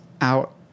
out